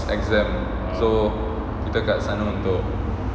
exam so kita kat sana untuk